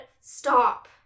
stop